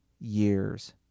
years